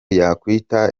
yakwita